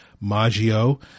Maggio